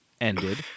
ended